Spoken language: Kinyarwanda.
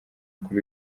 kuri